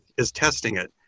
is testing it.